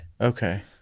Okay